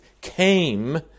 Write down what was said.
came